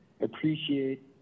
appreciate